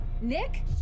Nick